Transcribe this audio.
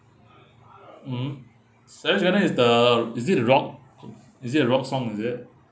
mm savage garden is the is it the rock is it a rock song is it